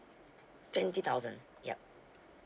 twenty thousand ya